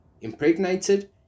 impregnated